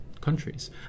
countries